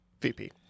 VP